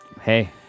Hey